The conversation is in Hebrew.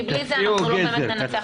כי בלי זה אנחנו לא ננצח את הסיפור הזה.